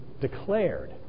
declared